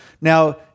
Now